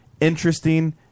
interesting